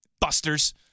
busters